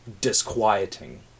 disquieting